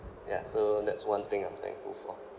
ya so that's one thing I'm thankful for